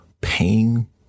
pain